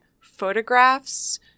photographs